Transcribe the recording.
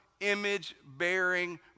image-bearing